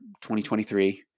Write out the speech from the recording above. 2023